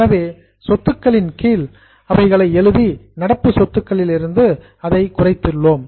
எனவே சொத்துக்களின் கீழ் அவைகளை எழுதி நடப்பு சொத்துக்களிலிருந்து அதை குறைத்துள்ளோம்